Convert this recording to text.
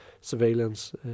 surveillance